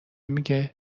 میگه